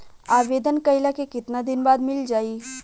आवेदन कइला के कितना दिन बाद मिल जाई?